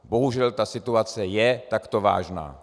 Bohužel, ta situace je takto vážná.